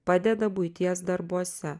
padeda buities darbuose